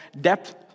depth